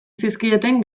zizkieten